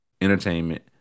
entertainment